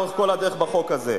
כל החוק חוזר.